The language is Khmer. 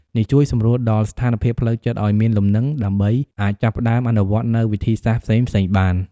នេះជួយសម្រួលដល់ស្ថានភាពផ្លូវចិត្តឲ្យមានលំនឹង ដើម្បីអាចចាប់ផ្តើមអនុវត្តន៍នូវវិធីសាស្រ្តផ្សេងៗបាន។